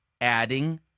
adding